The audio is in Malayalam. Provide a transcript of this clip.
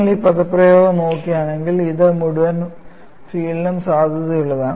നിങ്ങൾ ഈ പദപ്രയോഗം നോക്കുകയാണെങ്കിൽ ഇത് മുഴുവൻ ഫീൽഡിനും സാധുതയുള്ളതാണ്